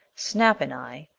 snap and i,